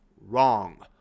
wrong